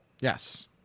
Yes